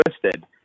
twisted